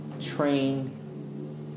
train